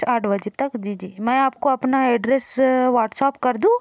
अच्छा आठ बजे तक जी जी मैं आपको अपना एड्रेस व्हाट्सएप कर दूँ